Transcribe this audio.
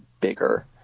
bigger